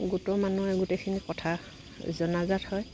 গোটৰ মানুহে গোটেইখিনি কথা জনাজাত হয়